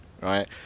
right